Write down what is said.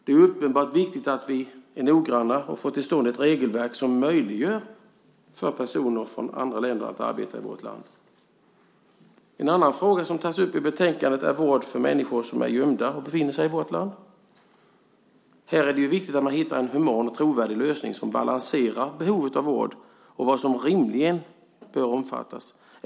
Det är uppenbart viktigt att vi är noggranna och får till stånd ett regelverk som möjliggör för personer från andra länder att arbeta i vårt land. En annan fråga som tas upp i betänkandet är vård för människor som är gömda och befinner sig i vårt land. Här är det viktigt att man hittar en human och trovärdig lösning som balanserar behovet av vård och vad som rimligen bör omfattas.